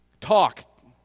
talk